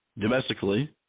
domestically